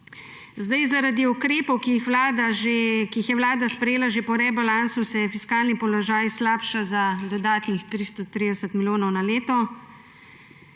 podal. Zaradi ukrepov, ki jih je Vlada sprejela že po rebalansu, se fiskalni položaj slabša za dodatnih 330 milijonov na leto.